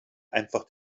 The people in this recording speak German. einfach